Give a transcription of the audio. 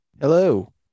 Hello